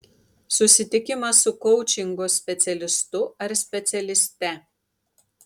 susitikimas su koučingo specialistu ar specialiste